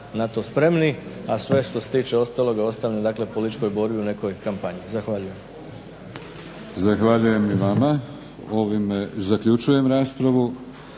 Zahvaljujem i vama. Ovime zaključujem raspravu.